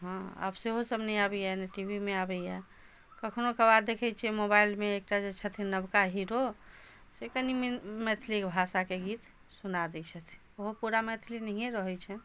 हँ आब सेहोसब नहि आबैए ने टी वी मे आबैए कखनो कभार देखै छिए मोबाइलमे एकटा जे छथिन नबका हीरो से कनी मनी मैथिली भाषाके गीत सुना दै छथिन ओहो पूरा मैथिली नहिए रहै छनि